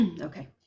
Okay